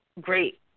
great